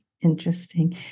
Interesting